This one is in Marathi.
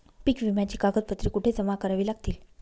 पीक विम्याची कागदपत्रे कुठे जमा करावी लागतील?